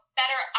better